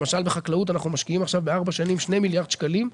למשל בחקלאות אנחנו משקיעים עכשיו בארבע שנים שני מיליארד שקלים.